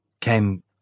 came